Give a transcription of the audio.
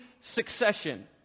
succession